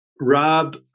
Rob